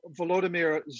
Volodymyr